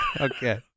okay